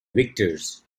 victors